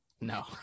No